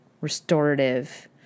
restorative